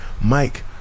Mike